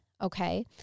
okay